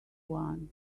one